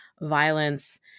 violence